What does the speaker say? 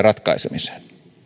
ratkaisemiseen